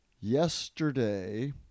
yesterday